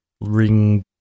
ring